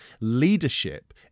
Leadership